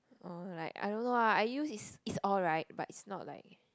oh like I don't know lah I use is it's alright but it's not like